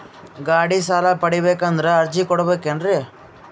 ಗಾಡಿ ಸಾಲ ಪಡಿಬೇಕಂದರ ಅರ್ಜಿ ಕೊಡಬೇಕೆನ್ರಿ?